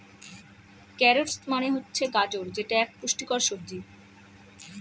carrots মানে হচ্ছে গাজর যেটা এক পুষ্টিকর সবজি